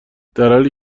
درحالی